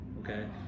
okay